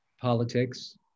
politics